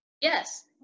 Yes